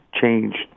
changed